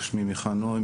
שמי מיכה נוי,